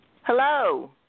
Hello